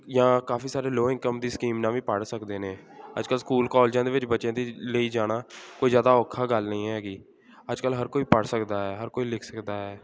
ਜਾਂ ਕਾਫੀ ਸਾਰੇ ਲੋਅ ਇਨਕਮ ਦੀ ਸਕੀਮ ਨਾਲ ਵੀ ਪੜ੍ਹ ਸਕਦੇ ਨੇ ਅੱਜ ਕੱਲ ਸਕੂਲ ਕਾਲਜਾਂ ਦੇ ਵਿੱਚ ਬੱਚਿਆਂ ਦੇ ਲਈ ਜਾਣਾ ਕੋਈ ਜ਼ਿਆਦਾ ਔਖੀ ਗੱਲ ਨਹੀਂ ਹੈਗੀ ਅੱਜ ਕੱਲ ਹਰ ਕੋਈ ਪੜ੍ਹ ਸਕਦਾ ਹੈ ਹਰ ਕੋਈ ਲਿਖ ਸਕਦਾ ਹੈ